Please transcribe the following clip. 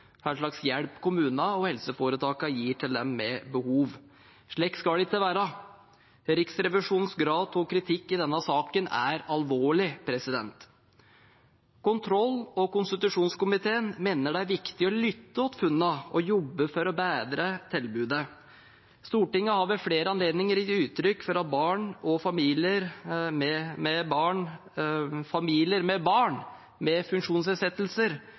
hva slags hjelp kommunene og helseforetakene gir til dem med behov. Slik skal ikke være. Riksrevisjonens grad av kritikk i denne saken er alvorlig. Kontroll- og konstitusjonskomiteen mener det er viktig å lytte til funnene og jobbe for å bedre tilbudet. Stortinget har ved flere anledninger gitt uttrykk for at barn og familier med barn med